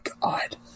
god